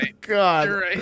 God